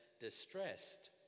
distressed